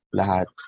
lahat